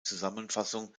zusammenfassung